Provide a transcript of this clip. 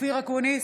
אופיר אקוניס,